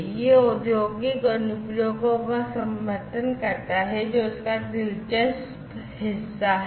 यह औद्योगिक अनुप्रयोगों का समर्थन करता है जो इसका दिलचस्प हिस्सा है